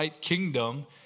kingdom